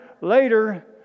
later